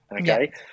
okay